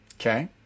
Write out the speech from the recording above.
Okay